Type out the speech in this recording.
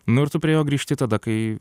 nu ir tu prie jo grįžti tada kai